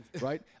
Right